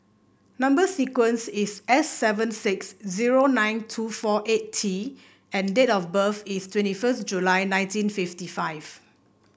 number sequence is S seven six zero nine two four eight T and date of birth is twenty first July nineteen fifty five